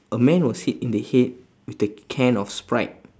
a man was hit in the head with a can of sprite